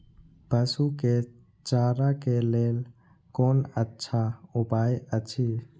पशु के चारा के लेल कोन अच्छा उपाय अछि?